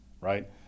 right